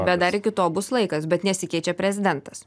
bet dar iki to bus laikas bet nesikeičia prezidentas